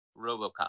Robocop